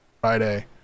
friday